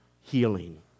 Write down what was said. healing